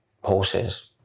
horses